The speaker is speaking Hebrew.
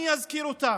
אני אזכיר אותם.